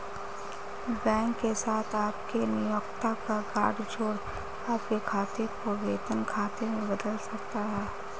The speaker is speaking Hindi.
बैंक के साथ आपके नियोक्ता का गठजोड़ आपके खाते को वेतन खाते में बदल सकता है